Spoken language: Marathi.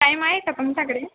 टाईम आहे का तुमच्याकडे